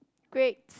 great